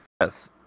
Yes